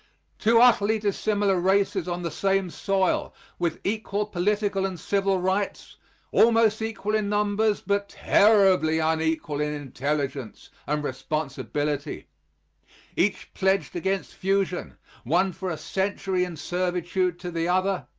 two utterly dissimilar races on the same soil with equal political and civil rights almost equal in numbers, but terribly unequal in intelligence and responsibility each pledged against fusion one for a century in servitude to the other,